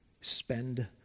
spend